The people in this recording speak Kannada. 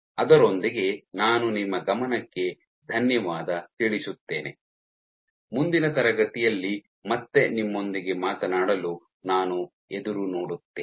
ಅದರೊಂದಿಗೆ ನಾನು ನಿಮ್ಮ ಗಮನಕ್ಕೆ ಧನ್ಯವಾದ ತಿಳಿಸುತ್ತೇನೆ ಮುಂದಿನ ತರಗತಿಯಲ್ಲಿ ಮತ್ತೆ ನಿಮ್ಮೊಂದಿಗೆ ಮಾತನಾಡಲು ನಾನು ಎದುರು ನೋಡುತ್ತೇನೆ